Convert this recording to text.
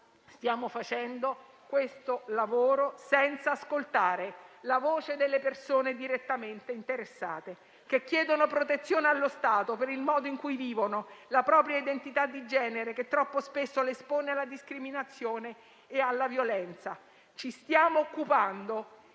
stiamo facendo, colleghe e colleghi, senza ascoltare la voce delle persone interessate, che chiedono protezione allo Stato per il modo in cui vivono la propria identità di genere, che troppo spesso le espone alla discriminazione e alla violenza. Ci stiamo occupando